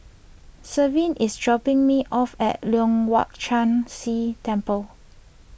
Shelvie is dropping me off at Leong Hwa Chan Si Temple